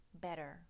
better